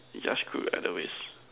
you are screwed either ways